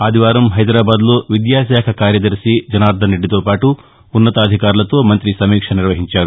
ఆదివారం హైదరాబాద్లో విద్యాశాఖ కార్యదర్ని జనార్దన్రెడ్డితోపాటు ఉన్నతాధికారులతో మంతి సమీక్ష నిర్వహించారు